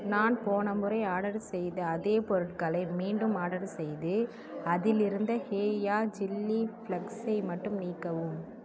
நான் போன முறை ஆர்டர் செய்த அதே பொருட்களை மீண்டும் ஆர்டர் செய்து அதிலிருந்த ஹேயா சில்லி ஃப்ளக்ஸை மட்டும் நீக்கவும்